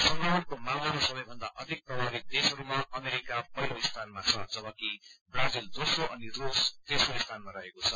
संक्रमणको मामलामा सबैभन्दा अधिक प्रभावित देशहरूमा अमेरिका पहिलो स्थानमा छ जबकि ब्राजील दोस्रो अनि रूस तेघो स्थानमा रहेको छ